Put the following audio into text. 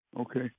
Okay